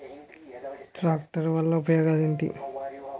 Tractor వల్ల ఉపయోగాలు ఏంటీ?